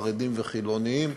חרדים וחילונים,